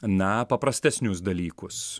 na paprastesnius dalykus